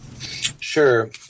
Sure